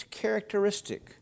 characteristic